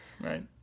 Right